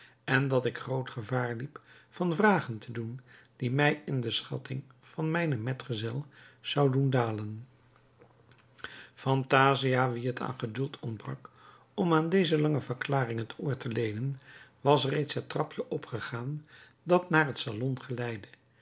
en dat ik groot gevaar liep van vragen te doen die mij in de schatting van mijnen medgezel zouden doen dalen phantasia wie het aan geduld ontbrak om aan deze lange verklaring het oor te leenen was reeds het trapje opgegaan dat naar het salon geleidde